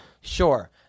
sure